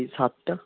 ওই সাতটা